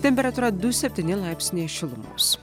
temperatūra du septyni laipsniai šilumos